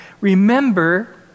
remember